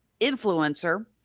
influencer